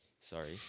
sorry